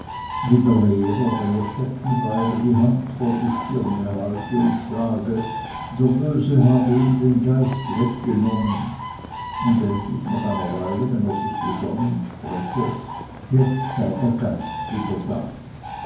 der lehrer wenn er stecken bleibe die hand vor die stirne halte und sage der böse habe ihm den geist weggenommen und endlich nach einer weile wenn er sich besonnen spreche jetzt sei der geist wieder da